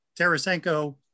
Tarasenko